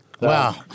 Wow